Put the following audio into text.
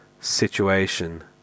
situation